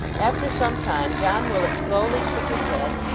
after some time john willet slowly shook his head,